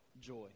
joy